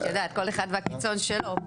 את יודעת, כל אחד והקיצון שלו.